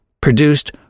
produced